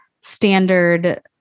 standard